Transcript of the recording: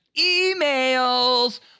emails